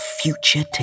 future